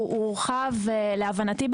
הורחב להבנתי,